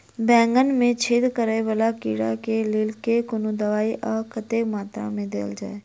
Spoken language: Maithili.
बैंगन मे छेद कराए वला कीड़ा केँ लेल केँ कुन दवाई आ कतेक मात्रा मे देल जाए?